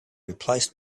replaced